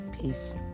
Peace